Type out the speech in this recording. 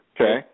Okay